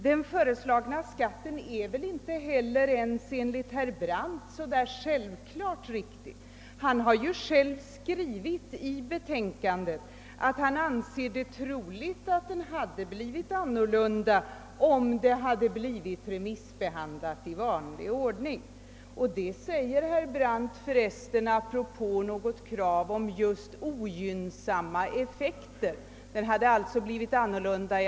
Den föreslagna skatten är väl inte heller ens enligt herr Brandt så där självklart riktig. Han har ju själv skrivit i betänkandet, att han anser troligt att den blivit annorlunda om förslaget remissbehandlats i vanlig ordning. Detta säger herr Brandt för resten apropå något påpekande just av ogynnsamma effekter. Skatten skulle alltså ha fått en annorlunda utformning om remissbehandling förekommit.